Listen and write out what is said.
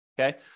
okay